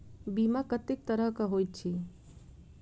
बीमा कत्तेक तरह कऽ होइत छी?